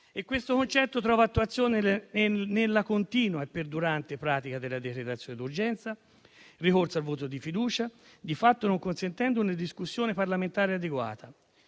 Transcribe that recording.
E questo concetto trova attuazione nella continua e perdurante pratica della decretazione d'urgenza e del ricorso al voto di fiducia, di fatto non consentendo una discussione parlamentare adeguata.